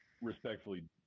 respectfully